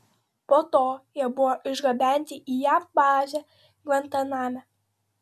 po to jie buvo išgabenti į jav bazę gvantaname